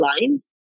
lines